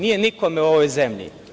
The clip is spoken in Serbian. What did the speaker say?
Nije nikome u ovoj zemlji.